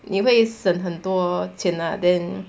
你会省很多钱 lah then